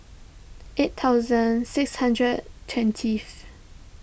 eight thousand six hundred twentieth